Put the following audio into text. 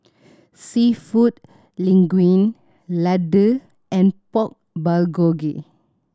Seafood Linguine Ladoo and Pork Bulgogi